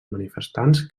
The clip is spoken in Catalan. manifestants